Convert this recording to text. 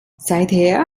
seither